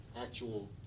actual